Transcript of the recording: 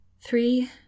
Three